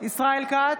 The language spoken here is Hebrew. ישראל כץ,